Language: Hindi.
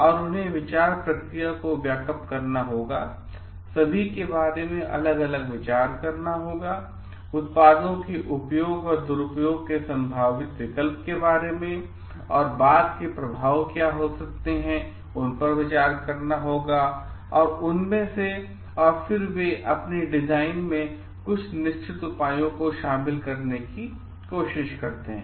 और उन्हें विचार प्रक्रिया को व्यापक करना होगा सभी के बारे में अलग अलग विचार करना होगा उत्पादों के उपयोग और दुरुपयोग के संभावित विकल्प और बाद के प्रभाव क्या हो सकते हैं उन पर विचार करना होगा उनमें से और फिर वे अपने डिजाइन में कुछ निश्चित उपायों को शामिल करने की कोशिश करते हैं